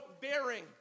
bearing